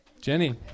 Jenny